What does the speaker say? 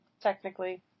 technically